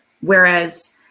whereas